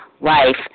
life